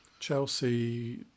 Chelsea